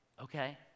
Okay